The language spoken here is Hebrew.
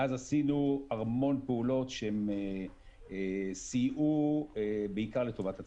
מאז עשינו המון פעולות שסייעו בעיקר לטובת הציבור.